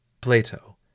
Plato